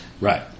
Right